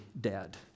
dead